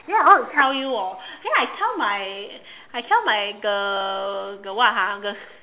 ya I want to tell you orh then I tell my I tell my the the what ha the